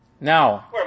Now